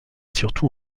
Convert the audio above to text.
surtout